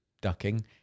ducking